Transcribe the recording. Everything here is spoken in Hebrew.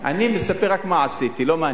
אני מספר רק מה עשיתי, לא מה אני אעשה.